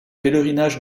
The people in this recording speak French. pèlerinage